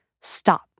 stop